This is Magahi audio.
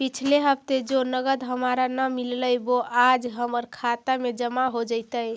पिछले हफ्ते जो नकद हमारा न मिललइ वो आज हमर खता में जमा हो जतई